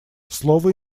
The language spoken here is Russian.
слово